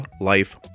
life